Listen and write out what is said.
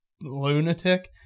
lunatic